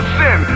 sin